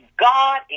God